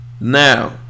now